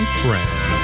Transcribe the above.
friend